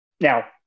Now